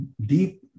deep